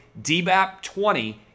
DBAP20